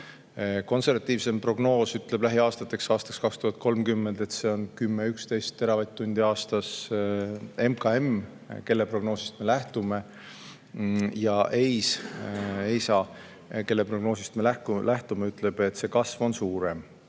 Konservatiivsem prognoos ütleb lähiaastateks, aastaks 2030, et see on 10–11 teravatt-tundi aastas. MKM, kelle prognoosist me lähtume, ja EISA, kelle prognoosist me samuti lähtume, ütlevad, et see kasv on suurem.